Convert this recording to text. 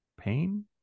pain